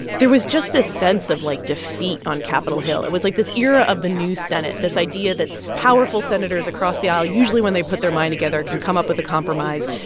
there was just this sense of, like, defeat on capitol hill. it was, like, this era of the new senate, this idea that so powerful senators across the aisle, usually, when they put their mind together, can come up with a compromise.